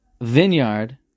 vineyard